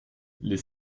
les